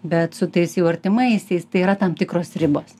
bet su tais jau artimaisiais tai yra tam tikros ribos